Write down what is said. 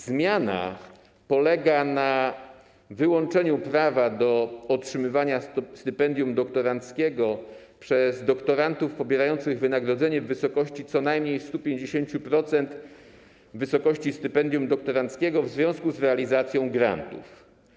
Zmiana polega na wyłączeniu prawa do otrzymywania stypendium doktoranckiego przez doktorantów pobierających wynagrodzenie w wysokości co najmniej 150% wysokości stypendium doktoranckiego w związku z realizacją grantów.